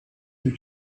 you